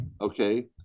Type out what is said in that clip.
Okay